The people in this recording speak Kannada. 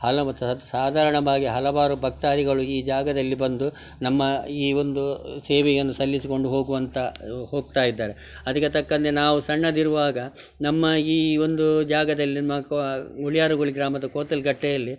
ಹಲವು ಸಾಧಾರಣವಾಗಿ ಹಲವಾರು ಭಕ್ತಾದಿಗಳು ಈ ಜಾಗದಲ್ಲಿ ಬಂದು ನಮ್ಮ ಈ ಒಂದು ಸೇವೆಯನ್ನು ಸಲ್ಲಿಸಿಕೊಂಡು ಹೋಗುವಂತ ಹೋಗ್ತಾಯಿದ್ದಾರೆ ಅದಕ್ಕೆ ತಕ್ಕಂತೆ ನಾವು ಸಣ್ಣದಿರುವಾಗ ನಮ್ಮ ಈ ಒಂದು ಜಾಗದಲ್ಲಿ ಉಳಿಯಾರಗೋಳಿ ಗ್ರಾಮದ ಕೋತಲಕಟ್ಟೆಯಲ್ಲಿ